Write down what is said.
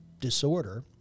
disorder